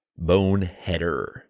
Boneheader